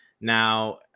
now